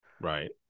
right